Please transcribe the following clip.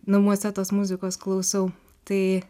namuose tos muzikos klausau tai